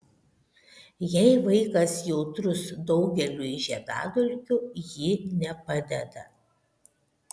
jei vaikas jautrus daugeliui žiedadulkių ji nepadeda